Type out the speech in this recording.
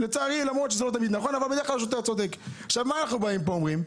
מה אנחנו אומרים: